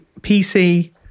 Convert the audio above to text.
PC